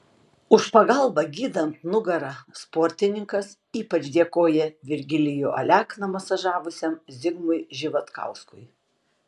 už pagalbą gydant nugarą sportininkas ypač dėkoja virgilijų alekną masažavusiam zigmui živatkauskui